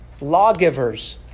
lawgivers